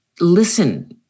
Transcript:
listen